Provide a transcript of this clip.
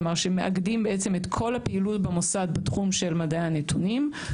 כלומר שמאגדים את כל הפעילות במוסד בתחום של מדעי הנתונים.